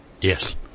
Yes